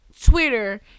Twitter